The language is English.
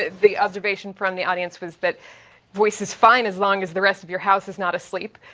the observation from the audience was that voice is fine as long as the rest of your house is not asleep.